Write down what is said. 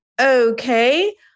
Okay